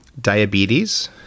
diabetes